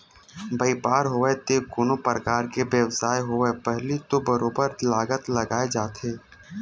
बइपार होवय ते कोनो परकार के बेवसाय होवय पहिली तो बरोबर लागत लगाए जाथे